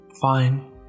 Fine